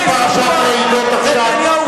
אנחנו בפרשת רעידות עכשיו,